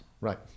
Right